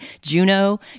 Juno